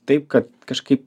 taip kad kažkaip